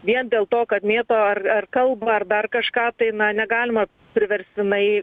vien dėl to kad mėto ar ar kalba ar dar kažką tai na negalima priverstinai